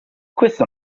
questo